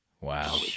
wow